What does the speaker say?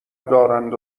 دارند